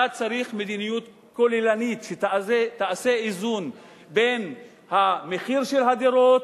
אתה צריך מדיניות כוללנית שתעשה איזון בין המחיר של הדירות,